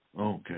Okay